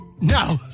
No